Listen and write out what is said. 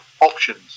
options